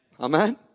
amen